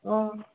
অঁ